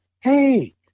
Hey